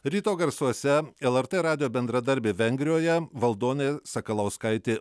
ryto garsuose lrt radijo bendradarbė vengrijoje valdonė sakalauskaitė